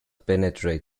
penetrate